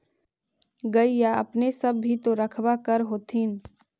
गईया अपने सब भी तो रखबा कर होत्थिन?